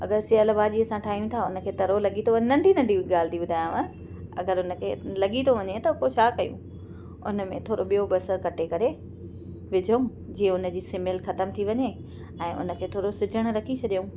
अगरि सियल भाॼी असां ठाहियूं था उन खे तरो लॻी थो वञे नंढी नंढियूं ॻाल्हि थी ॿुधायांव अगरि हुन खे लॻी थो वञे त पोइ छा कयूं उन में थोरो ॿियो बसर कटे करे विझो जीअं हुन जी सिमल ख़तम थी वञे ऐं उन खे थोरो सिझण रखी छॾियूं